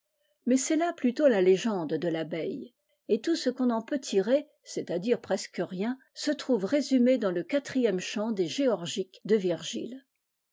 mais cest là plutôt la légende de tabeille et tout ce qu'on en pettt tirer c'est-à-dire presque rien se trouve résumé dans le quatrième chant des géorgiques de virgile